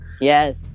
Yes